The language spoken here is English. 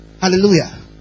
Hallelujah